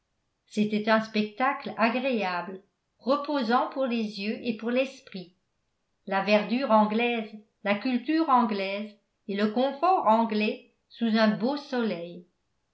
c'était un spectacle agréable reposant pour les yeux et pour l'esprit la verdure anglaise la culture anglaise et le confort anglais sous un beau soleil